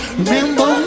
remember